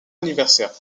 anniversaire